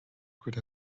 could